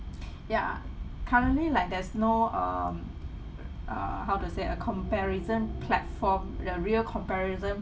ya currently like there's no um uh how to say ah comparison platform the real comparison